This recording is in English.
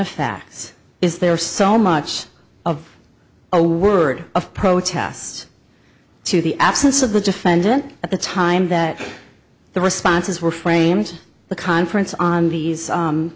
facts is there so much of a word of protest to the absence of the defendant at the time that the responses were framed the conference on these